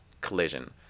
collision